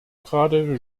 gerade